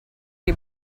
gli